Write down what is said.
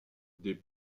des